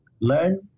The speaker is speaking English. learn